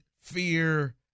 fear